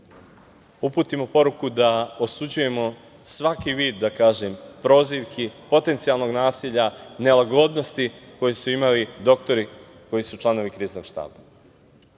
uputimo poruku da osuđujemo svaki vid, da kažem, prozivki, potencijalnog nasilja, nelagodnosti koju su imali doktori koji su članovi Kriznog štaba.